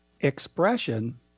expression